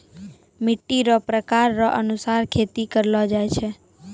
मिट्टी रो प्रकार रो अनुसार खेती करलो जाय छै